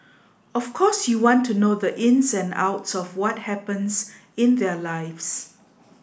of course you want to know the ins and outs of what happens in their lives